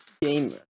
Gamer